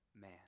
man